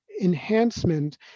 enhancement